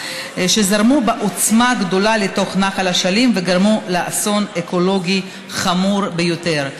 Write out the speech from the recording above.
שזרמו בעוצמה גדולה לתוך נחל אשלים וגרמו לאסון אקולוגי חמור ביותר.